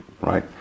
right